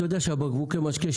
אתה יודע שבקבוקי המשקה,